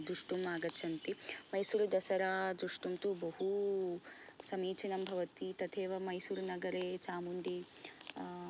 द्रष्टुं आगच्छन्ति मैसूरु दसरा द्रष्टुं तु बहु समीचीनं भवति तथैव मैसूरुनगरे चामुण्डी